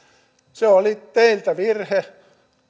se oli teiltä virhe